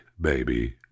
baby